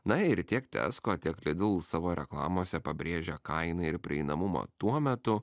na ir tiek tesko tiek lidl dėl savo reklamose pabrėžia kainą ir prieinamumą tuo metu